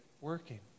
working